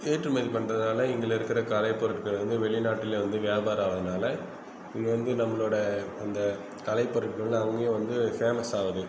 ஏற்றுமதி பண்றதால் இங்கள இருக்கிற கலைப்பொருட்கள் வந்து வெளிநாட்டில் வந்து வியாபாரம் ஆகிறனால இங்கே வந்து நம்பளோடய அந்த கலைப்பொருட்கள்லாம் அங்கேயும் வந்து ஃபேமஸ் ஆகுது